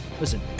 Listen